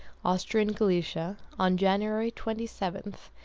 austrian galicia, on january twenty seven,